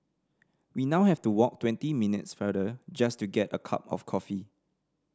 we now have to walk twenty minutes farther just to get a cup of coffee